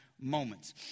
moments